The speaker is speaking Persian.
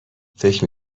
فکر